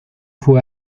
fue